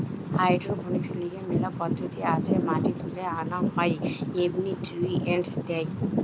hydroponics লিগে মেলা পদ্ধতি আছে মাটি তুলে আনা হয়ঢু এবনিউট্রিয়েন্টস দেয়